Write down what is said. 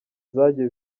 zagiye